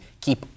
keep